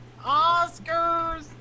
Oscars